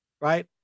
right